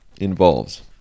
involves